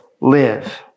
live